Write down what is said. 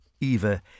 Eva